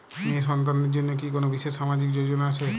মেয়ে সন্তানদের জন্য কি কোন বিশেষ সামাজিক যোজনা আছে?